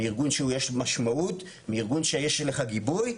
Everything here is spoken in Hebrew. ארגון שיש משמעות, מארגון שיש לך גיבוי.